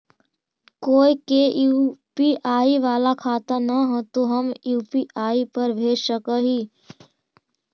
कोय के यु.पी.आई बाला खाता न है तो हम यु.पी.आई पर भेज सक ही?